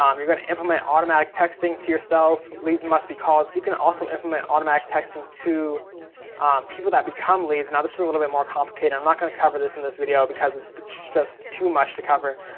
um you're gonna implement automatic texting to yourself. leads must be called. you can also implement automatic texting to people that become leads. now this is a little bit more complicated, i'm not gonna cover this in this video, because it's just too much to cover.